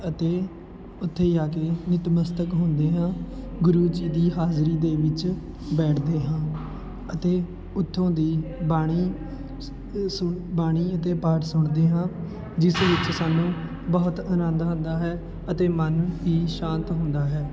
ਅਤੇ ਉੱਥੇ ਜਾ ਕੇ ਨਤਮਸਤਕ ਹੁੰਦੇ ਹਾਂ ਗੁਰੂ ਜੀ ਦੀ ਹਾਜ਼ਰੀ ਦੇ ਵਿੱਚ ਬੈਠਦੇ ਹਾਂ ਅਤੇ ਉੱਥੋਂ ਦੀ ਬਾਣੀ ਸੁ ਬਾਣੀ ਅਤੇ ਪਾਠ ਸੁਣਦੇ ਹਾਂ ਜਿਸ ਵਿੱਚ ਸਾਨੂੰ ਬਹੁਤ ਆਨੰਦ ਹੁੰਦਾ ਹੈ ਅਤੇ ਮਨ ਵੀ ਸ਼ਾਂਤ ਹੁੰਦਾ ਹੈ